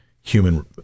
human